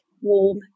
warm